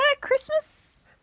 Christmas